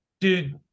Dude